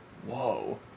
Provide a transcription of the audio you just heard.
whoa